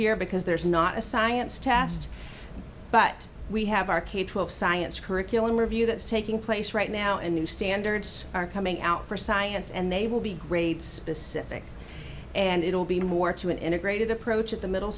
year because there is not a science test but we have our k twelve science curriculum review that's taking place right now in new standards are coming out for science and they will be grade specific and it will be more to an integrated approach at the middle